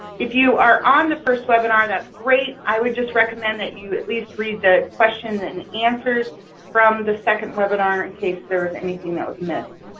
if you are on the first webinar that's great. i would just recommend that you at least read the questions and answers from the second webinar, in case there is anything that was missed.